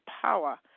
power